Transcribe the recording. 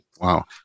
Wow